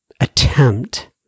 attempt